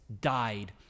died